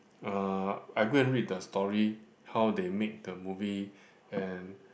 uh I go and read the story how they make the movie and